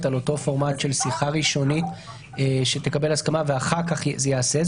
על אותו פורמט של שיחה ראשונית שתתקבל הסכמה ואחר כך זה ייעשה?